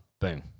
Boom